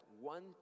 one